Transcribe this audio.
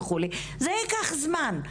זה לוקח זמן.